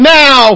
now